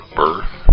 birth